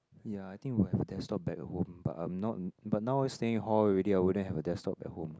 ya I think would have desktop back at home but I'm not but now staying at hall already I wouldn't have a desktop at home